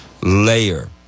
layer